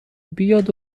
بیاد